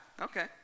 Okay